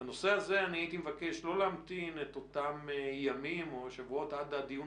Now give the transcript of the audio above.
בנושא הזה אני מבקש לא להמתין את אותם ימים או שבועות עד הדיון